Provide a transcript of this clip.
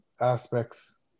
aspects